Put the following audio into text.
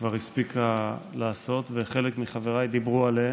כבר הספיקה לעשות, וחלק מחבריי דיברו עליהם.